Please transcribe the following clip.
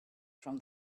from